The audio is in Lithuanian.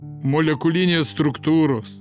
molekulinės struktūros